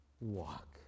walk